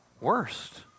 worst